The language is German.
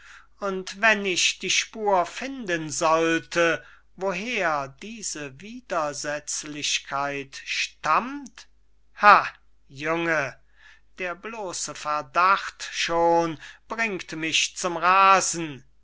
ist und wenn ich die spur finden sollte woher diese widersetzlichkeit stammt ha junge der bloße verdacht schon bringt mich zum rasen